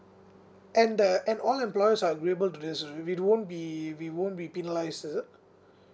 and the and all employers are agreeable to this is it we won't be we won't be penalised is it